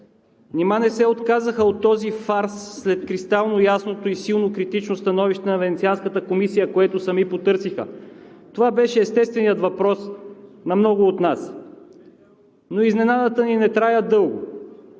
Нима не се отказаха от този фарс след кристално ясното и силно критично становище на Венецианската комисия, което сами потърсиха?“ Това беше естественият въпрос на много от нас, но изненадата ни не трая дълго.